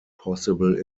possible